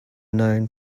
known